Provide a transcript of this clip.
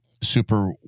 super